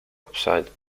website